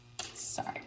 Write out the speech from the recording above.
Sorry